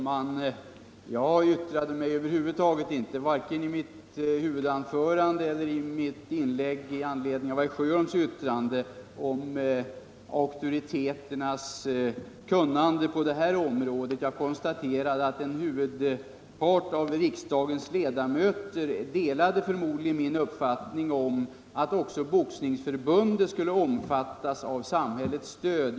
Herr talman! Jag yttrade mig över huvud taget inte, varken i mitt huvudanförande eller i mitt inlägg med anledning av herr Sjöholms replik, om auktoriteternas kunnande på det här området. Jag konstaterade att en huvudpart av riksdagens ledamöter förmodligen delade min uppfattning att också Boxningsförbundet skulle omfattas av samhällets stöd.